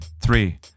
three